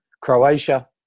Croatia